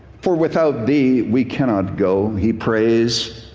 for without the we cannot go, he prays.